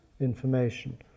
information